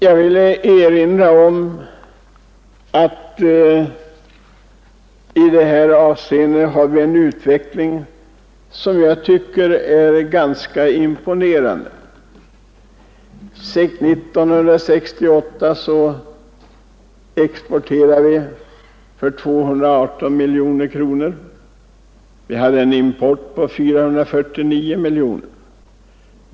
Jag ville erinra om att vi har en utveckling av handeln med Japan som jag tycker är ganska imponerande. 1968 exporterade vi för 218 miljoner kronor, och vi hade en import på 449 miljoner.